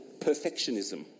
perfectionism